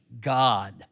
God